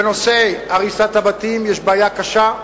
בנושא הריסת הבתים יש בעיה קשה,